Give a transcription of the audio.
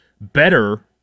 better